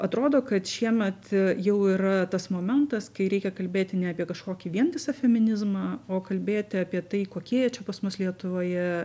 atrodo kad šiemet aa jau yra tas momentas kai reikia kalbėti ne apie kažkokį vientisą feminizmą o kalbėti apie tai kokie jie čia pas mus lietuvoje